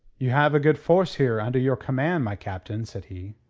you have a good force here under your command, my captain, said he.